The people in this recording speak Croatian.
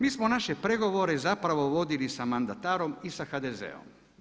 Mi smo naše pregovore zapravo vodili sa mandatarom i sa HDZ-om.